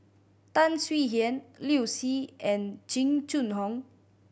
Tan Swie Hian Liu Si and Jing Jun Hong